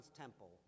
temple